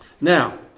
Now